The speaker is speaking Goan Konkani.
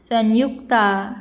संयुक्ता